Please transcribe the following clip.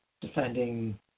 defending